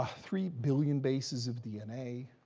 ah three billion bases of dna,